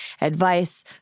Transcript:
advice